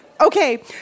Okay